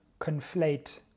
conflate